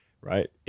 right